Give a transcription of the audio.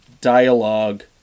dialogue